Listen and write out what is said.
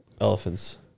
elephants